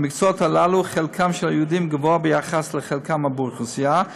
במקצועות הללו חלקם של היהודים גבוה ביחס לחלקם באוכלוסייה,